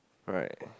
alright